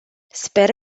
sper